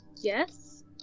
Yes